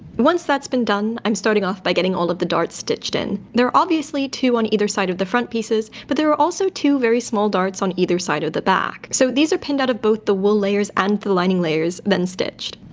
once that's been done, i'm starting off by getting all of the darts stitched in. there are obviously two on either side of the front pieces, but there are also two very small darts on either side of the back. so these are pinned out of both the wool layers and the lining layers then stitched.